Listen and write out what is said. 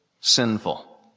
sinful